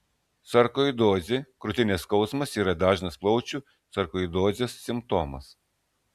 sarkoidozė krūtinės skausmas yra dažnas plaučių sarkoidozės simptomas